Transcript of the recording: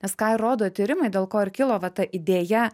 nes ką ir rodo tyrimai dėl ko ir kilo va ta idėja